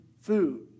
food